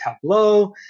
Tableau